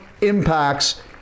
impacts